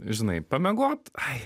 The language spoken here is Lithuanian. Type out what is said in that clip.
žinai pamiegot ai